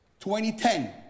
2010